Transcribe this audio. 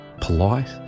Polite